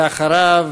ואחריו,